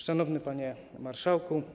Szanowny Panie Marszałku!